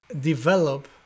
develop